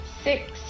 six